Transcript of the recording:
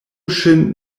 ŝin